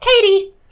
Katie